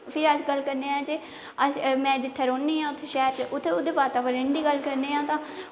ते अस गल्ल करने आं जे में जित्थै रौह्न्नी आं उत्थै शैह्र च उत्थें दे वातावरण दी गल्ल करने आं ते